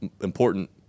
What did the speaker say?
important